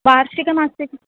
वार्षिकमासे